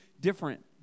different